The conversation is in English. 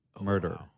murder